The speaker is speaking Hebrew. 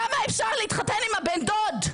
כמה אפשר להתחתן עם הבן דוד?